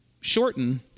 shorten